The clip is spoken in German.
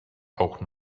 auch